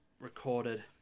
Recorded